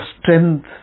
strength